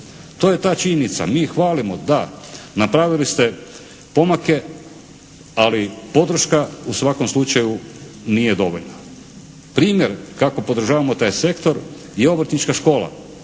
To je ta činjenica. Mi ih hvalimo. Da, napravili ste pomake, ali podrška u svakom slučaju nije dovoljna. Primjer kako podržavamo taj sektor je obrtnička škola.